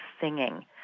singing